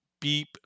beep